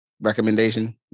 recommendation